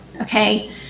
okay